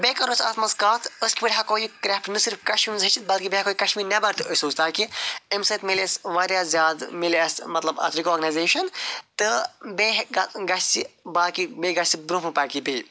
بیٚیہِ کرو أسۍ اتھ منٛز کَتھ أسۍ کِتھٕ پٲٹھۍ ہٮ۪کو یہِ کرٛیفٹہٕ نہَ صِرف کشمیٖرس منٛز ہیٛچھِتھ بٔلکہِ بیٚیہِ ہٮ۪کو یہِ کشمیٖر نٮ۪بر تہِ أسۍ سوٗزِت تاکہِ اَمہِ سۭتۍ میلہِ اَسہِ وارِیاہ زیادٕ میلہِ مطلب اتھ رِکاگنایزیٚشن تہٕ بیٚیہِ ہے گَژھِ باقٕے بیٚیہِ گَژھِ برٛونٛہہ کن پَکہِ یہِ بیٚیہِ